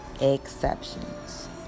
exceptions